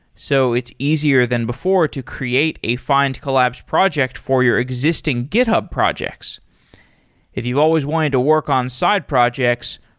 so it's easier than before to create a findcollabs project for your existing github projects if you've always wanted to work on side projects,